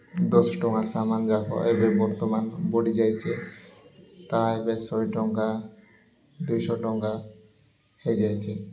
ଦଶ ଟଙ୍କା ସାମାନ୍ଯାକ ଏବେ ବର୍ତ୍ତମାନ ବଢ଼ିଯାଇଛି ତାହା ଏବେ ଶହେ ଟଙ୍କା ଦୁଇଶହ ଟଙ୍କା ହୋଇଯାଇଛି